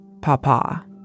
Papa